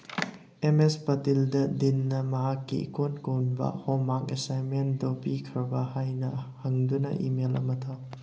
M S ꯄꯇꯤꯜꯗ ꯗꯤꯟꯅ ꯃꯍꯥꯛꯀꯤ ꯏꯀꯣꯟ ꯀꯣꯟꯕ ꯍꯣꯝꯃꯥꯛ ꯑꯦꯁꯥꯏꯟꯃꯦꯟꯗꯣ ꯄꯤꯈ꯭ꯔꯕꯔꯥ ꯍꯥꯏꯅ ꯍꯪꯗꯨꯅ ꯏꯃꯦꯜ ꯑꯃ ꯊꯥꯎ